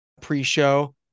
pre-show